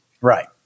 Right